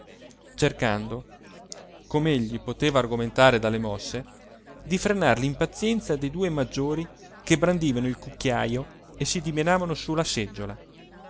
a ministrarli cercando com'egli poteva argomentare dalle mosse di frenar l'impazienza dei due maggiori che brandivano il cucchiajo e si dimenavano su la seggiola